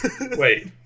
Wait